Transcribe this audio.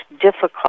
difficult